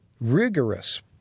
rigorous